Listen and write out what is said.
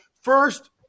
first